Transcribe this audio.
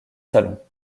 salons